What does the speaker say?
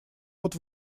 вот